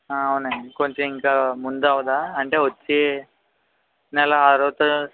అవునండీ కొంచెం ఇంకా ముందు అవ్వదా అంటే వచ్చే నెల ఆరో త